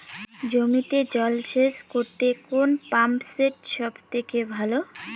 জমিতে জল সেচ করতে কোন পাম্প সেট সব থেকে ভালো?